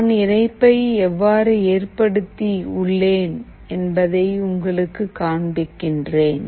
நான் இணைப்பை எவ்வாறு ஏற்படுத்தி உள்ளேன் என்பதை உங்களுக்கு காண்பிக்கிறேன்